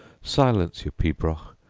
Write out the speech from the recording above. silence your pibroch,